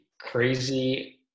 crazy